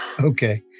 Okay